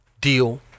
deal